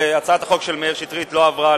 הצעת החוק של חבר הכנסת מאיר שטרית לא עברה.